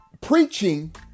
Preaching